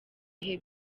ibihe